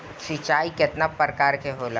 सिंचाई केतना प्रकार के होला?